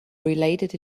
related